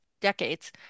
decades